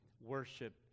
worship